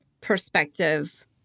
perspective